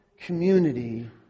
community